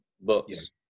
books